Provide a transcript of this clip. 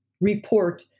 report